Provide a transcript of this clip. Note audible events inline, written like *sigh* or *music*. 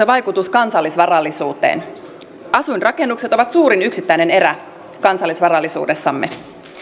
*unintelligible* vaikutus kansallisvarallisuuteen asuinrakennukset ovat suurin yksittäinen erä kansallisvarallisuudessamme